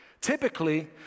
typically